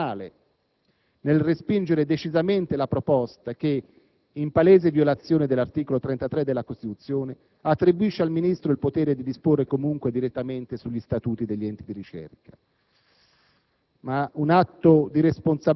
atto di responsabilità: sul piano formale, nel respingere decisamente la proposta che, in palese violazione dell'articolo 33 della Costituzione, attribuisce al Ministro il potere di disporre, comunque e direttamente sugli statuti degli enti di ricerca;